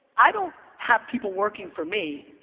i don't have people working for me,